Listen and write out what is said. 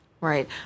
Right